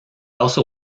also